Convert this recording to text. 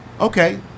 Okay